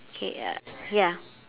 okay uh ya